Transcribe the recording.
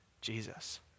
Jesus